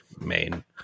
main